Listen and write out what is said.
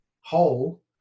whole